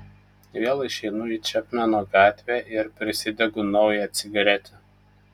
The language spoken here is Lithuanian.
vėl išeinu į čepmeno gatvę ir prisidegu naują cigaretę